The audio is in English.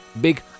big